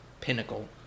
pinnacle